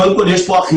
קודם כול, יש פה אחיזה,